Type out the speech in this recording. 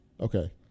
Okay